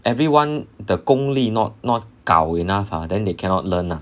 everyone 的功力 not not gao enough ah then they cannot learn lah